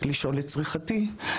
לשאול לצריכתי,